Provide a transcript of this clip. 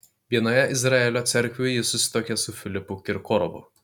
vienoje izraelio cerkvių ji susituokė su filipu kirkorovu